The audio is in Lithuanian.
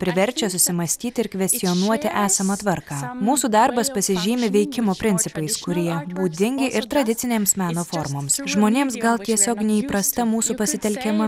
priverčia susimąstyti ir kvestionuoti esamą tvarką mūsų darbas pasižymi veikimo principais kurie būdingi ir tradicinėms meno formoms žmonėms gal tiesiog neįprasta mūsų pasitelkiama